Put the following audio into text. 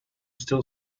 still